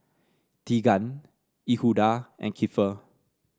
Teagan Yehuda and Keifer